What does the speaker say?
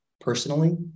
personally